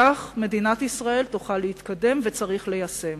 כך מדינת ישראל תוכל להתקדם, וצריך ליישם.